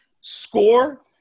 score –